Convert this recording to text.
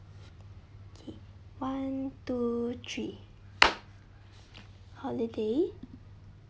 okay one two three holiday